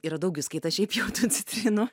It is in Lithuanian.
yra daugiskaita šiaip jau citrinų